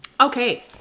Okay